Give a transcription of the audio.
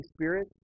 Spirit